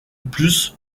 plus